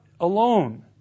alone